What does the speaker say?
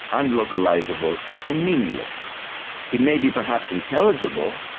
unlocalisable and meaningless it may be perhaps intelligible,